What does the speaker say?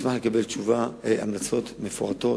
ואשמח לקבל המלצות מפורטות,